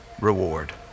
reward